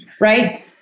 Right